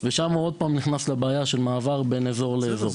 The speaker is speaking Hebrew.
ושם נכנסים שוב לבעיה של מעבר מאזור לאזור.